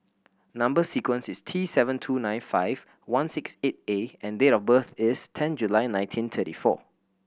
number sequence is T seven two nine five one six eight A and date of birth is ten July nineteen thirty four